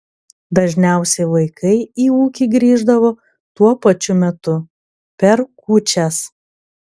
dažniausiai vaikai į ūkį grįždavo tuo pačiu metu per kūčias